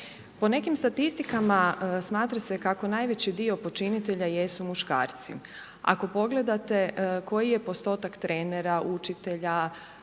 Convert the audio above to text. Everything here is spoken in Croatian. Po nekim statistikama smatra se kako najveći dio počinitelja jesu muškarci. Ako pogledate koji je postotak trenera, učitelja,